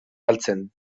galtzen